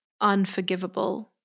unforgivable